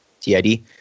TID